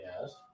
Yes